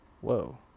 whoa